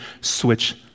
switch